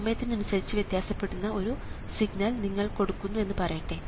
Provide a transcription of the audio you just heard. സമയത്തിനനുസരിച്ച് വ്യത്യാസപ്പെടുന്ന ഒരു സിഗ്നൽ നിങ്ങൾ കൊടുക്കുന്നു എന്നു പറയട്ടെ